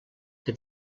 que